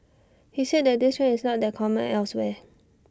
he said that this trend is not that common elsewhere